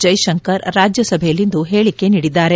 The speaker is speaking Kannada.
ಜೈಶಂಕರ್ ರಾಜ್ಯ ಸಭೆಯಲ್ಲಿಂದು ಹೇಳಿಕೆ ನೀಡಿದ್ದಾರೆ